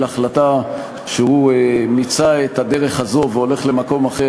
החלטה שהוא מיצה את הדרך הזאת והולך למקום אחר,